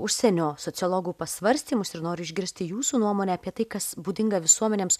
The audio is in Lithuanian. užsienio sociologų pasvarstymus ir noriu išgirsti jūsų nuomonę apie tai kas būdinga visuomenėms